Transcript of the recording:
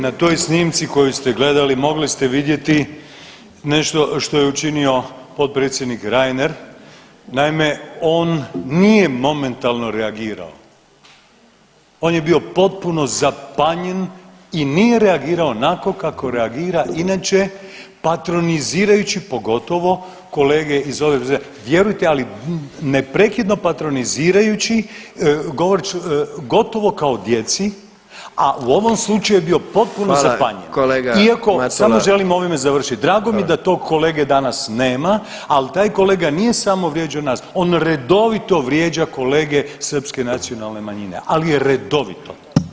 Na toj snimci koju ste gledali mogli ste vidjeti nešto što je učinio potpredsjednik Reiner, naime on nije momentalno reagirao, on je bio potpuno zapanjen i nije reagirao onako kako reagira inače patronizirajući pogotovo kolege …, vjerujte ali neprekidno patronizirajući gotovo kao djeci, a u ovom slučaju je bio potpuno zapanjen [[Upadica predsjednik: Hvala kolega Matula.]] Iako samo želim ovime završit, drago mi je da tog kolege danas nema, ali taj kolega nije samo vrijeđao nas on redovito vrijeđa kolege srpske nacionalne manjine, ali redovito.